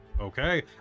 Okay